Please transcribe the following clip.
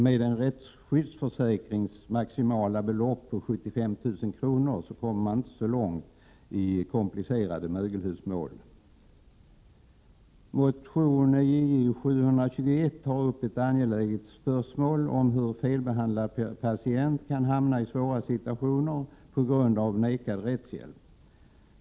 Med rättsskydssförsäkringens maximibelopp om 75 000 kr. kommer man inte långt i komplicerade mögelhusmål. Motion JU721 tar upp ett angeläget spörsmål om hur en felbehandlad patient kan hamna i svåra situationer på grund av att man nekas rättshjälp.